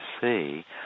see